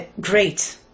Great